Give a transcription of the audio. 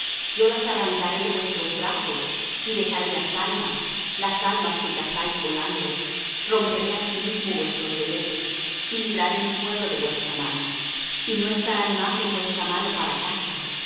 yo las arrancaré de vuestros brazos y dejaré las almas las almas que cazáis volando romperé asimismo vuestro veletes y libraré mi pueblo de vuestra mano y no estarán más en vuestra mano para caza